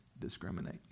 discriminate